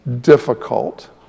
difficult